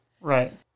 Right